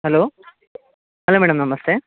hello hello madam ನಮಸ್ತೆ